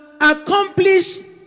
accomplish